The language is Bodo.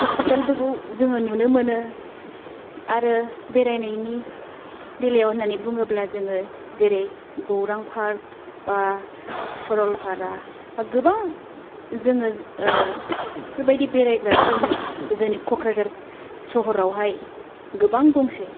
हस्पिटालफोरखौ जोङो नुनो मोनो आरो बेरायनायनि बेलायाव होननानै बुङोब्ला जोङो जेरै गौरां पार्क बा सरलपारा बा गोबां जोङो बिफोरबायदि बेरायग्रा टाउनिखौ जोंनि क'क्राझार सहरावहाय गोबां दंसै